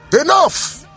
enough